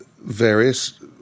various